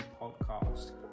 podcast